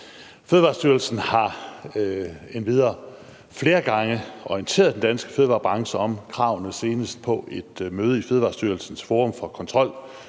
Fødevarestyrelsen har endvidere flere gange orienteret den danske fødevarebranche om kravene, senest på et møde i Fødevarestyrelsens forum for kontrol